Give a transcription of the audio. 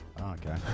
Okay